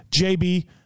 JB